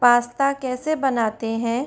pasta कैसे बनाते हैं